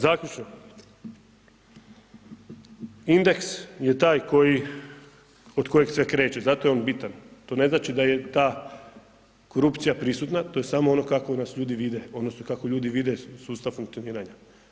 Zaključno, indeks je taj od kojeg sve kreće, zato je on bitan, to ne znači da je ta korupcija prisutna, to je samo ono kako nas ljudi vide odnosno kako ljudi vide sustav funkcioniranja.